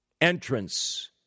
entrance